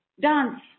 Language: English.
dance